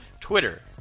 twitter